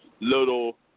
little